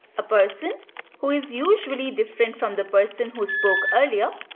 a person who is usually different from the person who spoke earlier,